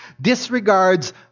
disregards